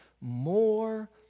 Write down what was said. more